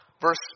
verse